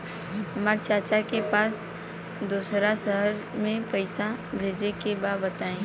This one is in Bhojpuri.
हमरा चाचा के पास दोसरा शहर में पईसा भेजे के बा बताई?